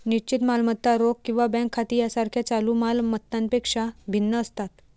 निश्चित मालमत्ता रोख किंवा बँक खाती यासारख्या चालू माल मत्तांपेक्षा भिन्न असतात